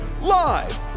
Live